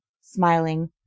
smiling